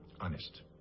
honest